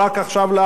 לאחרונה?